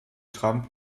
trump